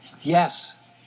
Yes